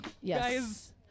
Yes